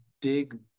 dig